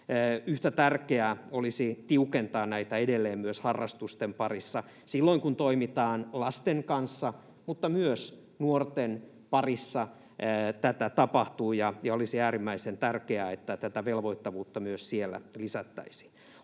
Yhtä tärkeää olisi tiukentaa näitä edelleen myös harrastusten parissa silloin, kun toimitaan lasten kanssa, mutta myös nuorten parissa tätä tapahtuu, ja olisi äärimmäisen tärkeää, että tätä velvoittavuutta myös siellä lisättäisiin.